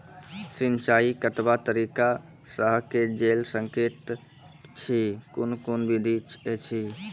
सिंचाई कतवा तरीका सअ के जेल सकैत छी, कून कून विधि ऐछि?